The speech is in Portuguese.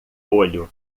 olho